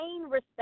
respect